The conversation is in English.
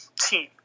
team